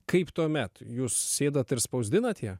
kaip tuomet jūs sėdat ir spausdinat